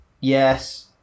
Yes